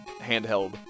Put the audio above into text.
handheld